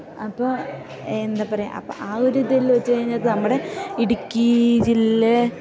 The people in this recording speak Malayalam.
അപ്പോൾ എന്താ പറയുക അപ്പം ആ ഒരിതില് വെച്ച് കഴിഞ്ഞാൽ നമ്മുടെ ഇടുക്കി ജില്ലയിൽ